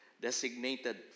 designated